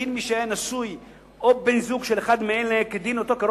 דין מי שהיה נשוי או בן-זוג של אחד מאלה כדין אותו קרוב